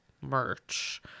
merch